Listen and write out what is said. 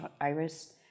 iris